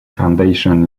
foundation